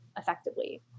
effectively